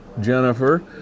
Jennifer